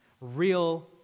real